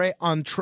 on